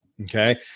okay